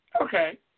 Okay